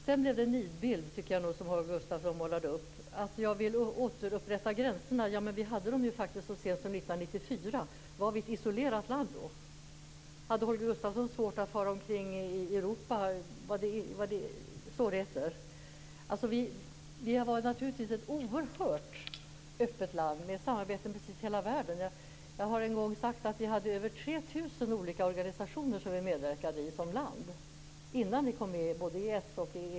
Sedan tycker jag nog att Holger Gustafsson målade upp en nidbild om att jag vill återupprätta gränserna. Vi hade dem faktiskt så sent som 1994. Var vi ett isolerat land då? Hade Holger Gustafsson svårt att fara omkring i Europa? Vi var naturligtvis ett oerhört öppet land, med samarbete över precis hela världen. Jag har en gång sagt att vi som land medverkade i över 3 000 olika organisationer innan vi kom med både i EES och i EU.